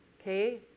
Okay